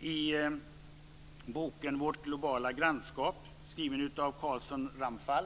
i boken Vårt globala grannskap skriven av bl.a. Carlsson-Ramphal.